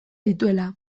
dituela